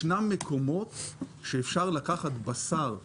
יש מקומות שאפשר לקחת בשר טרי,